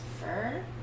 Fur